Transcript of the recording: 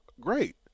great